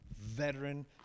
veteran